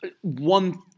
one